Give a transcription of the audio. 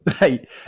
Right